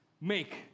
make